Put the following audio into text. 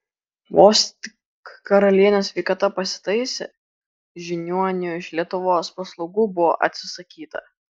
vos tik karalienės sveikata pasitaisė žiniuonių iš lietuvos paslaugų buvo atsisakyta